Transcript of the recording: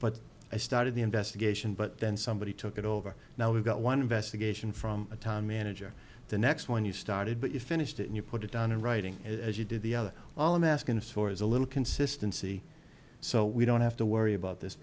but i started the investigation but then somebody took it over now we've got one investigation from a town manager the next when you started but you finished it you put it down in writing as you did the other all i'm asking for is a little consistency so we don't have to worry about this